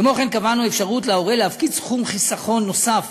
כמו כן קבענו אפשרות להורה להפקיד סכום חיסכון נוסף